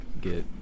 get